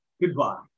Goodbye